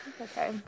Okay